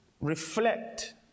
reflect